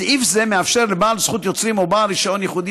סעיף זה מאפשר לבעל זכות יוצרים או בעל רישיון ייחודי